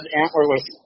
antlerless